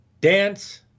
Dance